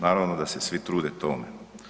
Naravno da se svi trude tome.